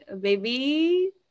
baby